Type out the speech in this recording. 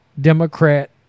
Democrat